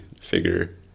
figure